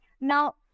Now